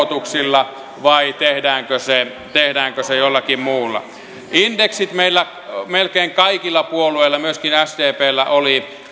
miljardi veronkorotuksilla vai tehdäänkö se tehdäänkö se jollakin muulla indeksit meillä melkein kaikilla puolueilla myöskin sdpllä olivat